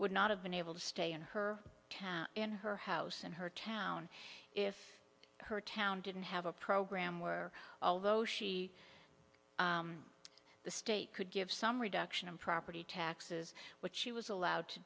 would not have been able to stay in her town in her house in her town if her town didn't have a program where although she the state could give some reduction in property taxes what she was allowed to